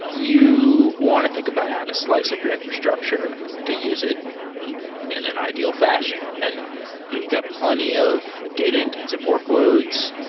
you want to think about how to slice up your infrastructure to use it in an ideal fashion. and you got plenty of data intensive workloads.